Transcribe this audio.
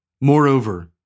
Moreover